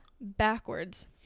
backwards